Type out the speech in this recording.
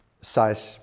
size